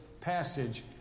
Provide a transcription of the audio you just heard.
passage